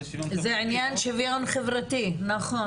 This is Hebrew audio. זה עניין שוויון חברתי, נכון.